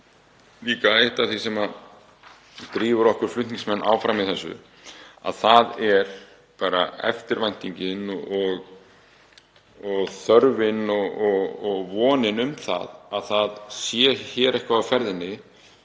líka eitt af því sem drífur okkur flutningsmenn áfram í þessu, þ.e. eftirvæntingin og þörfin og vonin um að hér sé eitthvað á ferðinni